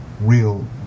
real